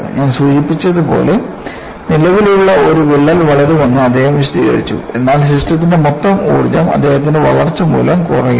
ഞാൻ സൂചിപ്പിച്ചതുപോലെ നിലവിലുള്ള ഒരു വിള്ളൽ വളരുമെന്ന് അദ്ദേഹം വിശദീകരിച്ചു എന്നാൽ സിസ്റ്റത്തിന്റെ മൊത്തം ഊർജ്ജം അതിന്റെ വളർച്ച മൂലം കുറയുന്നു